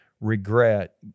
regret